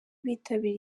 bitabiriye